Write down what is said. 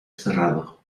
cerrado